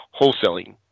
wholesaling